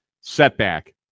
setback